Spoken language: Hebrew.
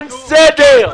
אין סדר.